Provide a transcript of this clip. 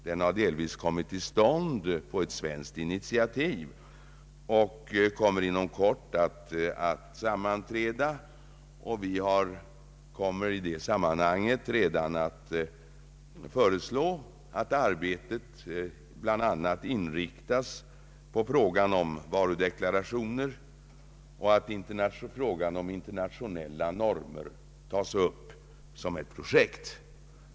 Den har delvis kommit till stånd på svenskt initiativ och skall inom kort sammanträda. Vi kommer redan i detta sammanhang att föreslå att arbetet bl.a. inriktas på frågan om varudeklarationer och att frågan om internationella normer tas upp som ett projekt.